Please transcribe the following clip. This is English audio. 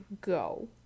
go